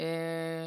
בנושא: